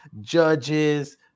judges